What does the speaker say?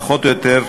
פחות או יותר,